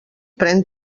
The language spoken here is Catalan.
pren